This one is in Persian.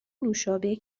نوشابه